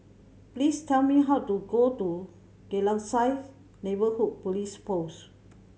please tell me how to go to Geylang Serai Neighbourhood Police Post